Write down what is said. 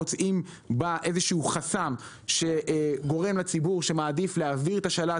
מוצאים בה חסם שגורם לציבור שמעדיף להעביר את השלט